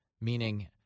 Meaning